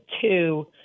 two